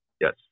Yes